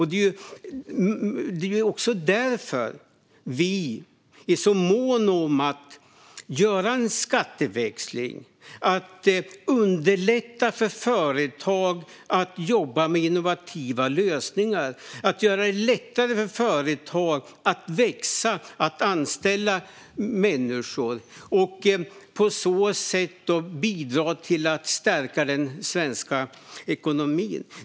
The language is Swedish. Det är därför vi är så måna om att göra en skatteväxling, att underlätta för företag att jobba med innovativa lösningar och att göra det lättare för företag att växa och anställa människor och på så sätt bidra till att stärka den svenska ekonomin.